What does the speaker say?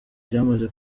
byamaze